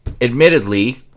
admittedly